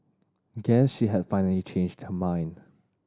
guess she had finally changed her mind